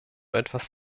etwas